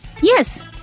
yes